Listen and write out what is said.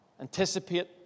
anticipate